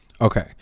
Okay